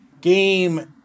Game